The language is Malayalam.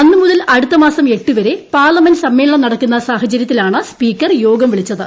അന്നു മുതൽ അടുത്തമാസം എട്ട് വരെ പാർലമെന്റ് സമ്മേളനം നടക്കുന്ന സാഹചര്യത്തിലാണ് സ്പീക്കർ യോഗം വിളിച്ചത്